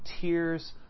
tears